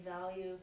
value